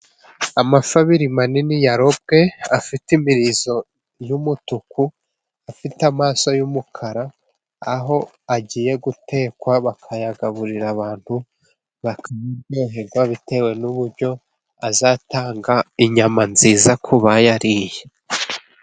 Amafi abiri manini ya rope, afite imirizo y'umutuku afite amaso y'umukara, aho agiye gutekwa bakayagaburira abantu bakaryoherwa, bitewe n'uburyo azatanga inyama nziza ku bayariye.